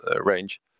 range